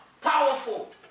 powerful